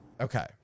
Okay